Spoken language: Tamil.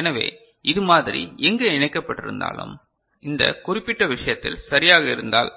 எனவே இது மாதிரி எங்கு இணைக்கப்பட்டிருந்தாலும் இந்த குறிப்பிட்ட விஷயத்தில் சரியாக இருந்தால்